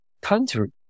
country